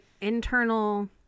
internal